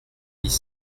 dix